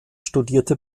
studierte